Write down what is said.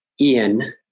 Ian